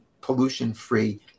pollution-free